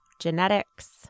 genetics